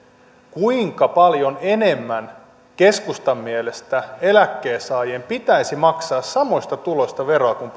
kuinka paljon enemmän keskustan mielestä eläkkeensaajien pitäisi maksaa samoista tuloista veroa kuin